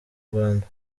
rwanda